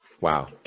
Wow